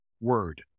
word